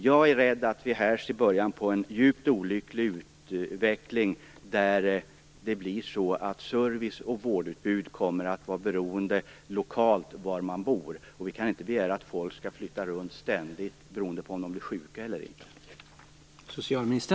Jag är rädd att vi här ser början på en djupt olycklig utveckling, där service och vårdutbud kommer att vara beroende av var man bor. Vi kan inte begära att folk ständigt skall flytta runt, beroende på om de blir sjuka eller inte.